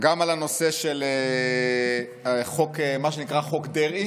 גם על מה שנקרא חוק דרעי